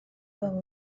babo